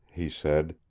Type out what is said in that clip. he said,